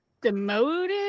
Demoted